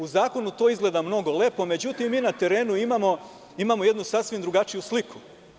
U zakonu to izgleda mnogo lepo, međutim, mi na terenu imamo jednu sasvim drugačiju sliku.